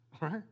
right